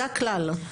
זה הכלל.